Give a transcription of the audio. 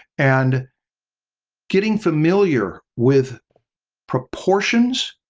and getting familiar with proportions